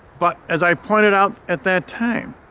but, as i pointed out at that time,